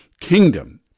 kingdom